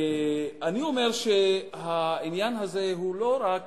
אני אומר שהעניין הזה הוא לא רק